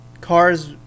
cars